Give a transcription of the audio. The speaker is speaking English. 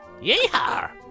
Yeehaw